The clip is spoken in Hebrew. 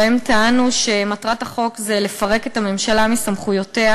ובהן טענו שמטרת החוק היא לפרק את הממשלה מסמכויותיה